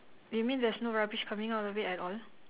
you mean there's no rubbish coming out of it at all